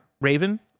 Raven